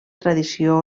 tradició